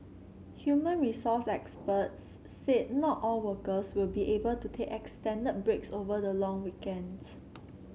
human resource experts said not all workers will be able to take extended breaks over the long weekends